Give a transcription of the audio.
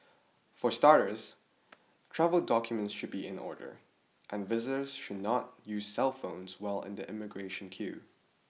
for starters travel documents should be in order and visitors should not use cellphones while in the immigration queue